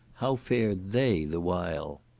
how fared they the while?